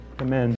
amen